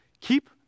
keep